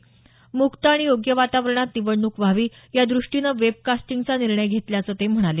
म्क्त आणि योग्य वातावरणात निवडणूक व्हावी यादृष्टीनं वेबकास्टिंगचा निर्णय घेतल्याचं ते म्हणाले